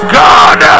god